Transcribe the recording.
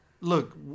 Look